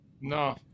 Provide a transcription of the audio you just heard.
No